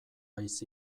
haiz